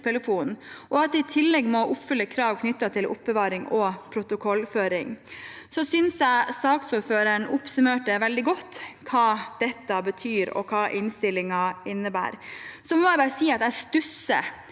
og at de i tillegg må oppfylle krav knyttet til oppbevaring og protokollføring. Jeg syntes saksordføreren oppsummerte veldig godt hva dette betyr, og hva innstillingen innebærer. Så må jeg si at jeg stusser